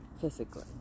physically